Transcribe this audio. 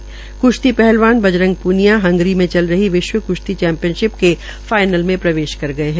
क्श्ती पहलवान बजरंग पूनिया हंगरी में चल रही विश्व क्श्ती चैम्पियनशिप के फाइनल में प्रवेश कर गये है